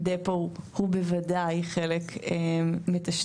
דפו הוא בוודאי חלק מתשתית.